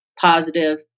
positive